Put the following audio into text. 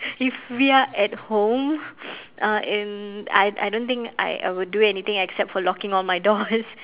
if we are at home uh in I I don't think I I will do anything except for locking all my doors